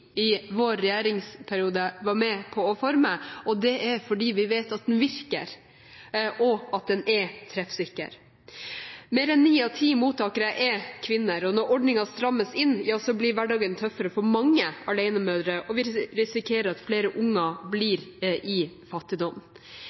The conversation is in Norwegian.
i vår regjeringsperiode var med på å forme, og det er fordi vi vet at den virker, og at den er treffsikker. Mer enn ni av ti mottakere er kvinner, og når ordningen strammes inn, blir hverdagen tøffere for mange alenemødre, og vi risikerer at flere unger blir i fattigdom.